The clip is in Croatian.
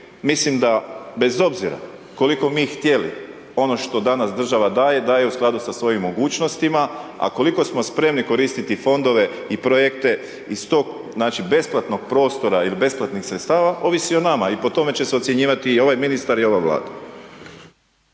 Mislim da bez obzira koliko mi htjeli, ono što danas država daje, daje u skladu sa svojim mogućnostima, a koliko smo spremni koristiti fondove i projekte iz tog besplatnog prostora ili besplatnih sredstava ovisi o nama i po tome će se osjenjivati ovaj ministar i ova vlada.